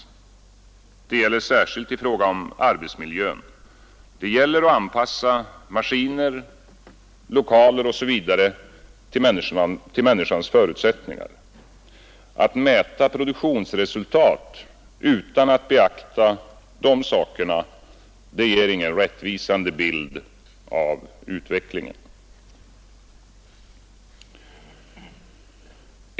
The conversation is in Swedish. Särskilt gäller det i frågor om arbetsmiljön. Det gäller att anpassa maskiner, lokaler osv. till människans förutsättningar. Att mäta produktionsresultat utan att beakta de sakerna ger ingen rättvisande bild av utvecklingen.